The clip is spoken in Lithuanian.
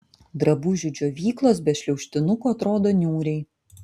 drabužių džiovyklos be šliaužtinukų atrodo niūriai